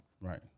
Right